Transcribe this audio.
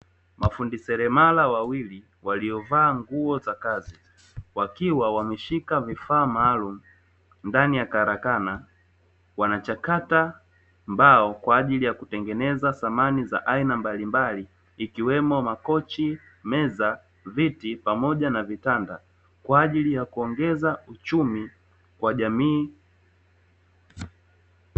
Mafundi seremala wawili waliovaa nguo za kazi, wakiwa ameshika vifaa maalumu ndani ya karakana, wanachakata mbao kwa ajili ya kutengeneza samani za aina mbalimbali, ikiwemo makochi, viti, meza, pamoja na vitanda kwa ajili ya kuongeza uchumi kwa jamii.